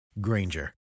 Granger